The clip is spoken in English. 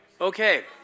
Okay